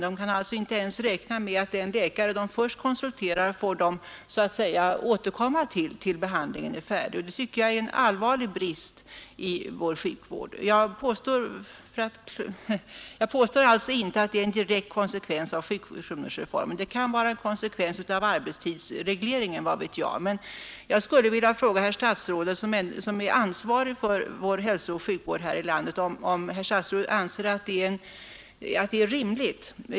Man kan alltså inte ens räkna med att tills en behandling är färdig få behålla den läkare som först konsulterades. Detta tycker jag är en allvarlig brist i vår sjukvård. Jag påstår alltså inte att detta är en direkt konsekvens av sjukronorsreformen. Det kan vara en konsekvens av arbetstidsregleringen, vad vet jag. Men jag skulle vilja fråga herr statsrådet, som är ansvarig för vår hälsooch sjukvård, om han anser att detta är rimligt.